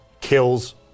kills